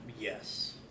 Yes